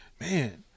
man